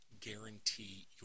guarantee